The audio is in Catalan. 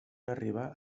arribar